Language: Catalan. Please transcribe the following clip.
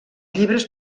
llibres